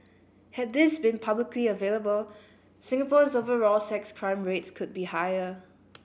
had these been publicly available Singapore's overall sex crime rates could be higher